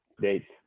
dates